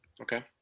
Okay